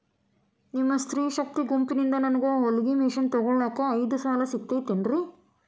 ನಿಮ್ಮ ಸ್ತ್ರೇ ಶಕ್ತಿ ಗುಂಪಿನಿಂದ ನನಗ ಹೊಲಗಿ ಮಷೇನ್ ತೊಗೋಳಾಕ್ ಐದು ಸಾಲ ಸಿಗತೈತೇನ್ರಿ?